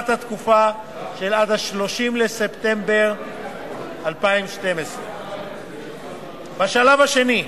התקופה שעד 30 בספטמבר 2012. בשלב השני,